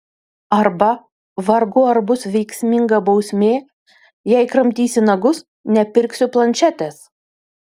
arba vargu ar bus veiksminga bausmė jei kramtysi nagus nepirksiu planšetės